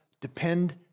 depend